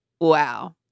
Wow